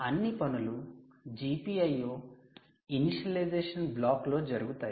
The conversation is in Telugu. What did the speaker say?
అన్ని పనులు GPIO ఇనిషియలైజషన్ బ్లాక్ లో జరుగుతాయి